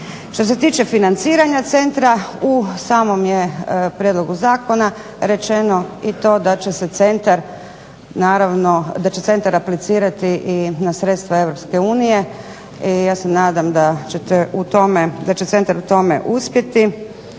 Što se tiče financiranja centra u samom je prijedlogu zakona rečeno i to da će centar aplicirati i na sredstva EU i ja se nadam da će centar u tome uspjeti